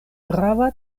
grava